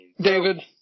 David